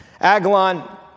Agalon